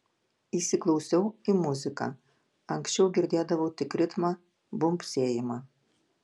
įsiklausiau į muziką anksčiau girdėdavau tik ritmą bumbsėjimą